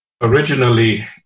Originally